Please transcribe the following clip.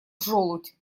желудь